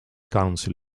council